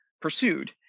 pursued